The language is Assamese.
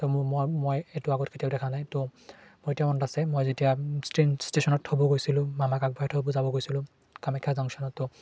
তো মোৰ মই মই এইটো আগত কেতিয়াও দেখা নাই তো মোৰ এতিয়াও মনত আছে মই যেতিয়া ট্ৰেইন ষ্টেশ্যনত থ'ব গৈছিলোঁ মামাক আগবঢ়াই থ'ব যাব গৈছিলোঁ কামাখ্যা জাংশ্যনতো